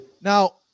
Now